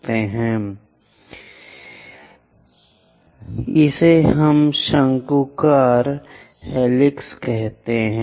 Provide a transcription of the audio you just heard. तो इसे हम शंक्वाकार हेलिक्स कहते हैं